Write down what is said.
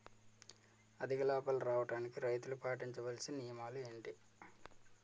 అధిక లాభాలు రావడానికి రైతులు పాటించవలిసిన నియమాలు ఏంటి